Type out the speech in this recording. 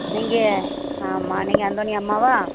நீங்கள் ஆமாம் நீங்கள் அந்தோனி அம்மாவா